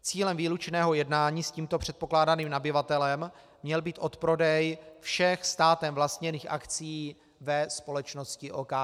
Cílem výlučného jednání s tímto předpokládaným nabyvatelem měl být odprodej všech státem vlastněných akcií ve společnosti OKD.